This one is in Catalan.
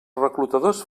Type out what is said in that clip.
reclutadors